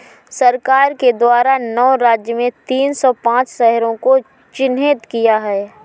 सरकार के द्वारा नौ राज्य में तीन सौ पांच शहरों को चिह्नित किया है